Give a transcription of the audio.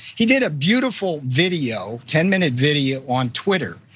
he did a beautiful video, ten minute video on twitter.